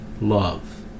love